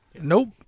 Nope